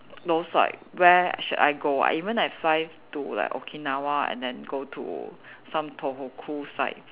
those like where should I go I even I fly to like Okinawa and then go to some Tohoku side